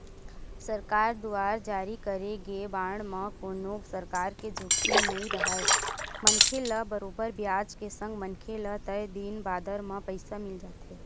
सरकार दुवार जारी करे गे बांड म कोनो परकार के जोखिम नइ राहय मनखे ल बरोबर बियाज के संग मनखे ल तय दिन बादर म पइसा मिल जाथे